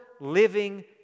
living